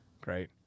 great